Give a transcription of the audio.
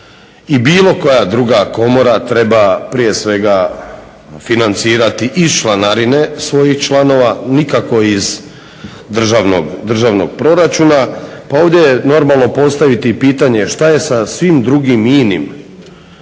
i bilo koja druga komora treba prije svega financirati iz članarine svojih članova nikako iz državnog proračuna, pa ovdje je normalno postaviti i pitanje što je sa svim drugim inim